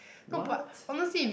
what